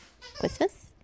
Christmas